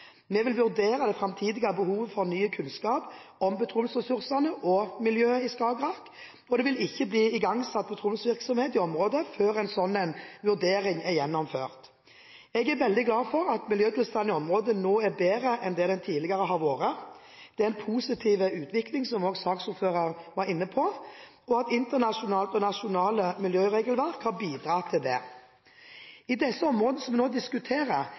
Vi vil vurdere det framtidige behovet for ny kunnskap om petroleumsressursene og miljøet i Skagerrak, og det vil ikke bli igangsatt petroleumsvirksomhet i området før en slik vurdering er gjennomført. Jeg er veldig glad for at miljøtilstanden i området nå er bedre enn den tidligere har vært. Det er en positiv utvikling, som også saksordføreren var inne på. Internasjonalt og nasjonalt miljøregelverk har bidratt til det. I de områdene som vi nå diskuterer,